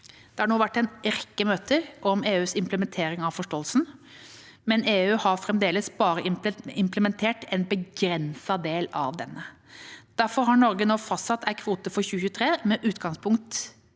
Det har nå vært en rekke møter om EUs implementering av forståelsen, men EU har fremdeles bare implementert en begrenset del av denne. Derfor har Norge nå fastsatt en kvote for 2023 med utgangspunkt